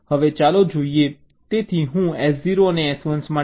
તેથી હું S0 અને S1 માટે 0 0 એપ્લાય કરું છું